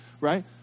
Right